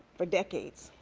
for decades,